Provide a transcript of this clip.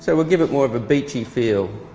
so will give it more of a beachy feel.